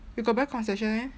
you got buy concession meh